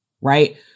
Right